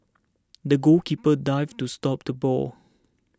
the goalkeeper dived to stop the ball